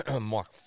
Mark